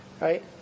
right